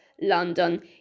London